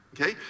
Okay